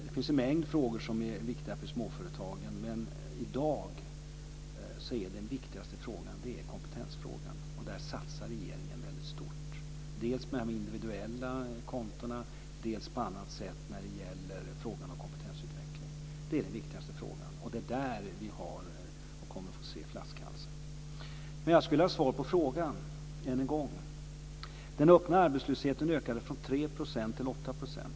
Det finns en mängd frågor som är viktiga för småföretagen, men i dag är den viktigaste frågan kompetensutveckling. Där satsar regeringen väldigt stort dels genom de individuella kontona, dels på annat sätt genom kompetensutveckling. Det är den viktigaste frågan, och det är där som vi kommer att få se flaskhalsen. Men jag skulle än en gång vilja ha svar på min fråga. Den öppna arbetslösheten ökade från 3 % till 8 %.